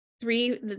three